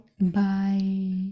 bye